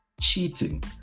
cheating